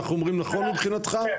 אנחנו אומרים נכון מבחינתך?